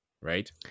Right